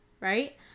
Right